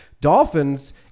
Dolphins